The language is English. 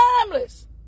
timeless